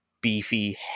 beefy